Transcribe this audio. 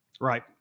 Right